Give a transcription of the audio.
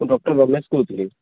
ମୁଁ ଡକ୍ଟର ରମେଶ କହୁଥିଲି